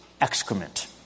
excrement